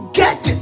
get